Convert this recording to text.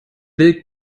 will